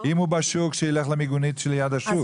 אם הוא בשוק שילך למיגונית שליד השוק.